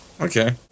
Okay